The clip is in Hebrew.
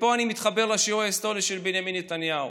ופה אני מתחבר לשיעור ההיסטורי של בנימין נתניהו.